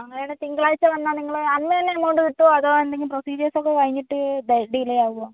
അങ്ങനെ ആണെങ്കിൽ തിങ്കളാഴ്ച വന്നാൽ നിങ്ങൾ അന്നുതന്നെ എമൗണ്ട് കിട്ടുമോ അതോ എന്തെങ്കിലും പ്രൊസീജർസ് ഒക്കെ കഴിഞ്ഞിട്ട് ഡിലേ ആവുമോ